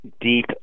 deep